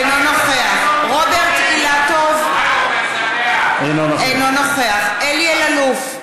אינו נוכח רוברט אילטוב, אינו נוכח אלי אלאלוף,